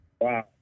wow